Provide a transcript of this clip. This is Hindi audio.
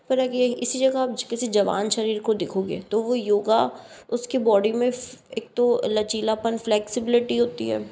पर अगर इसी जगह आप किसी जवान शरीर को देखोगे तो वो योगा उसकी बॉडी मैं एक तो लचीलापन फ्लेक्सिबिलिटी होती है